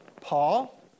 Paul